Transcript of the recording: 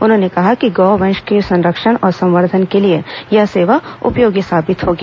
उन्होंने कहा कि गौ वंश के संरक्षण और संवर्धन के लिए यह सेवा उपयोगी साबित होगी